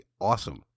awesome